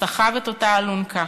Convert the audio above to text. סחב את אותה אלונקה.